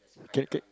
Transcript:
okay okay